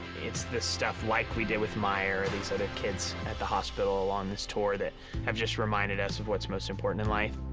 it's the stuff like we did with meyer or these other kids at the hospital along this tour that have just reminded us of what's most important in life.